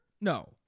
No